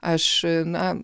aš na